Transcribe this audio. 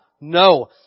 No